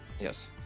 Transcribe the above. Yes